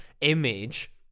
image